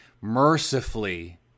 mercifully